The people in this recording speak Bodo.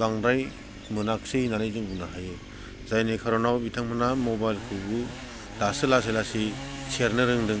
बांद्राय मोनाखिसै होननानै जों बुंनो हायो जायनि कारनाव बिथांमोना मबाइलखौबो दासो लासै लासै सेरनो रोंदों